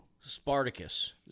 Spartacus